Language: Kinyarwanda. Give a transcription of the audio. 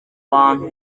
bantu